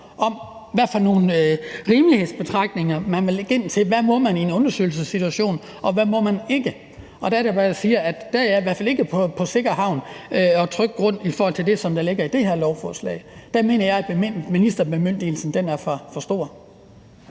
og hvad for nogle rimelighedsbetragtninger man vil anlægge for, hvad man må i en undersøgelsessituation, og hvad må man ikke. Og der er det bare, jeg siger, at jeg i hvert fald ikke er på sikker grund i forhold til det, som ligger i det her lovforslag. Der mener jeg, at ministerbemyndigelsen er for stor.